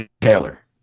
Taylor